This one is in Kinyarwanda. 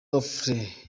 raffles